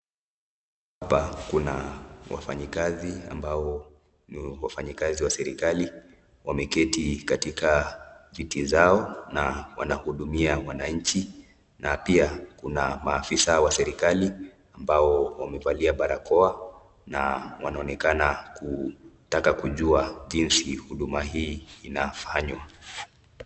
Hapa kuna wafanyikazi ambao ni wafanyikazi wa serikali, wameketi katika viti zao na wanahudumia wananchi na pia kuna maafisa wa serikali ambao wamevalia barakoa na wanaonekana kutaka kujua jinsi huduma hii inafanywa.